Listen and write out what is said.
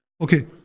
Okay